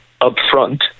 upfront